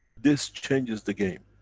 this changes the game.